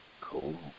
Cool